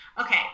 Okay